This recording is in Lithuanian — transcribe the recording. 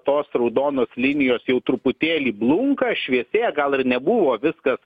tos raudonos linijos jau truputėlį blunka šviesėja gal ir nebuvo viskas